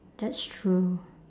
that's true